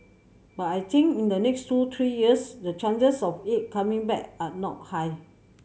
but I think in the next two three years the chances of it coming back are not high